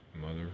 mother